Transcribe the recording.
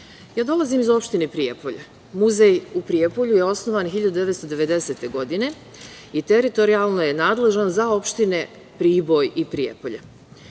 dolazim iz opštine Prijepolje. Muzej u Prijepolju je osnovan 1990. godine i teritorijalno je nadležan za opštine Priboj i Prijepolje.